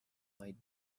might